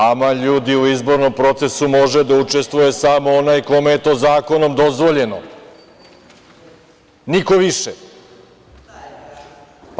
Aman, ljudi u izbornom procesu može da učestvuje samo onaj kome je to zakonom dozvoljeno, niko više.